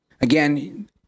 Again